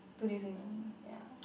two days only ya